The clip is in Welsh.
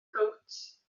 gowt